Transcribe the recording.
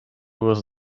was